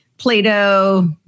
Plato